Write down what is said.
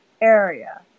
area